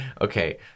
Okay